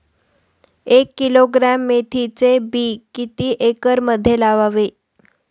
एक किलोग्रॅम मेथीचे बी किती एकरमध्ये लावावे?